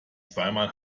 zweimal